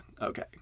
Okay